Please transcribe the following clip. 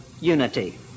unity